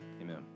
Amen